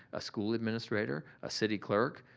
a school administrator, a city clerk,